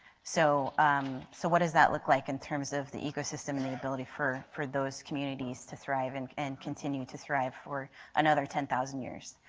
so so what does that look like in terms of the ecosystem and ability for for those communities to thrive and and continue to thrive for another ten thousand years?